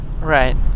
Right